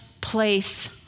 place